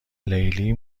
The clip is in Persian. لیلی